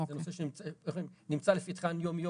זה נושא שנמצא לפתחן יום יום,